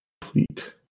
complete